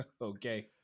Okay